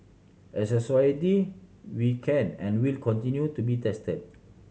as a society we can and will continue to be tested